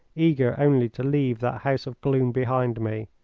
eager only to leave that house of gloom behind me,